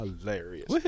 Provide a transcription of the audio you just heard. hilarious